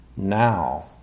Now